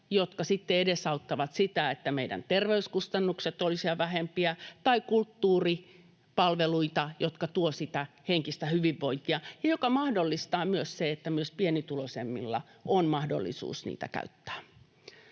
sitten edesauttavat sitä, että meidän terveyskustannukset olisivat vähempiä, tai käyttämään kulttuuripalveluita, jotka tuovat sitä henkistä hyvinvointia, ja että mahdollistetaan myös se, että myös pienituloisemmilla on mahdollisuus niitä käyttää.